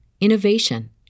innovation